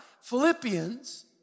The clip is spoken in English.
Philippians